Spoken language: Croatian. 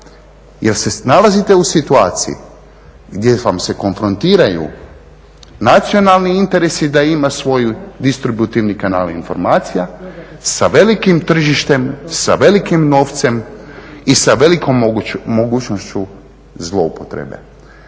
jer se nalazite u situaciji gdje vam se konfrontiraju nacionalni interesi da imaju svoj distributivni kanal informacija sa velikim tržištem, sa velikim novcem i sa velikom mogućnošću zloupotrebe.